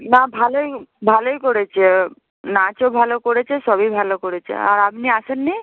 না ভালোই ভালোই করেছে নাচও ভালো করেছে সবই ভালো করেছে আর আপনি আসেননি